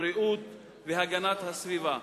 הבריאות והגנת הסביבה.